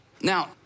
now